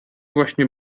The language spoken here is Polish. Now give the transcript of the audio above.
właśnie